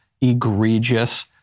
egregious